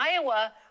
Iowa